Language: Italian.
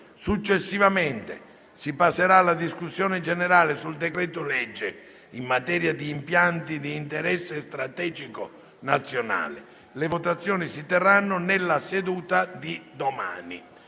Successivamente, si passerà alla discussione generale sul decreto-legge in materia di impianti di interesse strategico nazionale. Le votazioni si terranno nella seduta di domani.